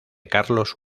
carlos